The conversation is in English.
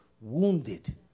wounded